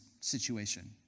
situation